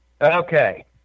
Okay